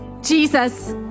Jesus